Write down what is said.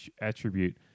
attribute